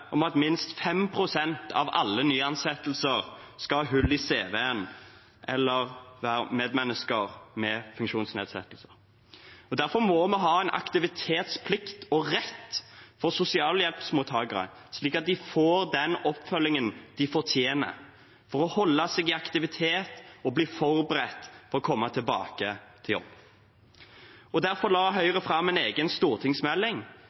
om at minst 5 pst. av alle nyansatte skal ha hull i CV-en eller være medmennesker med funksjonsnedsettelser. Derfor må vi ha en aktivitetsplikt og -rett for sosialhjelpsmottakere, slik at de får den oppfølgingen de fortjener, for å holde seg i aktivitet og bli forberedt på å komme tilbake til jobb. Derfor la Høyre fram en egen stortingsmelding,